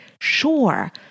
sure